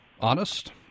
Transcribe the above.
honest